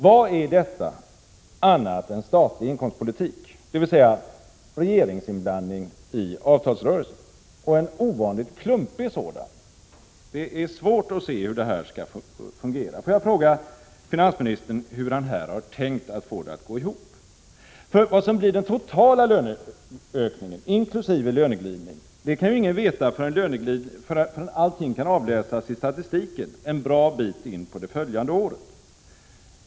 Vad är detta annat än statlig inkomstpolitik, dvs. regeringsinblandning i avtalsrörelsen, och en ovanligt klumpig sådan? Får jag fråga finansministern hur han har tänkt sig få det här att gå ihop? Vad som blir den totala löneökningen inkl. löneglidning kan ju ingen veta förrän allting kan avläsas i statistiken en bra bit in på det följande året.